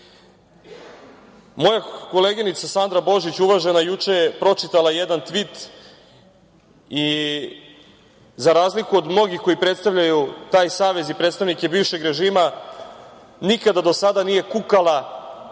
koleginica Sandra Božić, uvažena, juče je pročitala jedan tvit, i za razliku od mnogih koji predstavljaju taj savez i predstavnike bivšeg režima nikada do sada nije kukala,